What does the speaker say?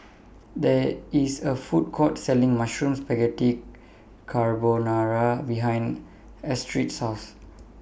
There IS A Food Court Selling Mushroom Spaghetti Carbonara behind Astrid's House